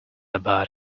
about